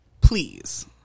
please